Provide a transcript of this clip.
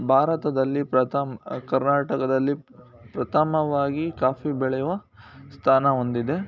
ಭಾರತದಲ್ಲಿ ಪ್ರಥಮ ಕರ್ನಾಟಕದಲ್ಲಿ ಪ್ರಥಮವಾಗಿ ಕಾಫಿ ಬೆಳೆಯುವ ಸ್ಥಾನ ಹೊಂದಿದೆ